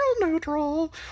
neutral